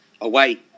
away